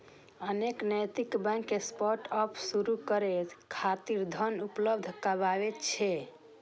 अनेक नैतिक bank startup शुरू करै खातिर धन उपलब्ध कराबै छै